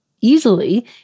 easily